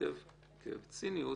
שייכתב בציניות,